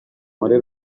muri